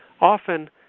often